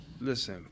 listen